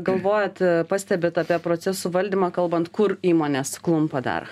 galvojat pastebit apie procesų valdymą kalbant kur įmonės klumpa dar